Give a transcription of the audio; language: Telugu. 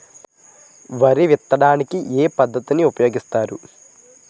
వరి విత్తడానికి ఏ పద్ధతిని ఉపయోగిస్తారు?